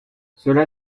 cela